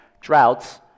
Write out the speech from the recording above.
droughts